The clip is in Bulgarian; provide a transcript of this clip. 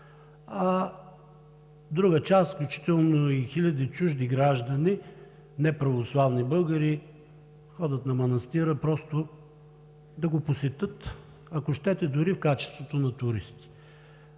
а друга част, включително хиляди чужди граждани, неправославни българи ходят на манастира просто да го посетят, ако щете, дори в качеството на туристи.